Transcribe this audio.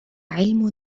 علم